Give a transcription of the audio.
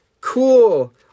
Cool